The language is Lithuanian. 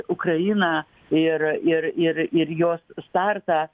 ukrainą ir ir ir ir jos startą